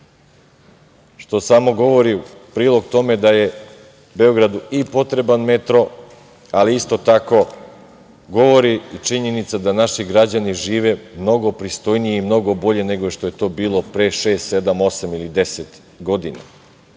To samo govori u prilog tome da je Beogradu potreban i metro, ali isto tako govori činjenica da naši građani žive mnogo pristojnije i mnogo bolje nego što je to bilo pre šest, sedam, osam